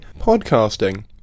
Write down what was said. podcasting